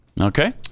Okay